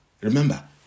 remember